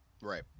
Right